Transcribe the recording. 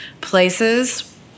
places